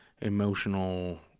emotional